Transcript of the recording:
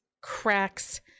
cracks